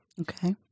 Okay